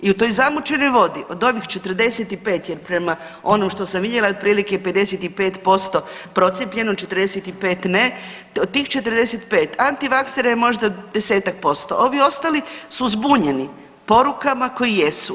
I u toj zamućenoj vodi od ovih 45 jer prema onom što sam vidjela je otprilike 55% procijepljeno 45 ne, od tih 45 antivaksera je možda 10-tak posto ovi ostali su zbunjeni porukama koje jesu.